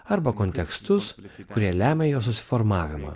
arba kontekstus kurie lemia jo susiformavimą